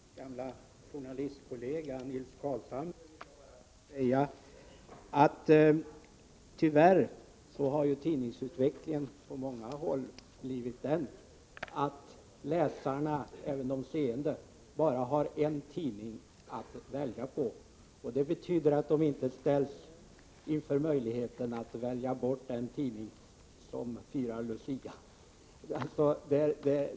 Herr talman! Till min gamla journalistkollega Nils Carlshamre vill jag säga att tidningsutvecklingen på många håll tyvärr blivit den att läsarna, även de seende, bara har en tidning att välja på. Det betyder att de inte ställs inför möjligheten att välja bort en tidning som firar Lucia.